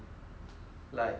like err